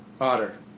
Otter